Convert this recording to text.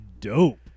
dope